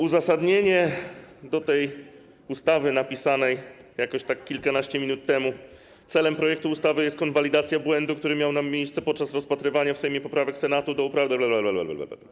Uzasadnienie do tej ustawy napisanej jakoś tak kilkanaście minut temu: celem projektu ustawy jest konwalidacja błędu, który miał miejsce podczas rozpatrywania w Sejmie poprawek Senatu do bla, bla, bla.